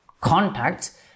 contacts